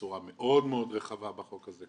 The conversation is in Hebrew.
בצורה מאוד רחבה בחוק הזה.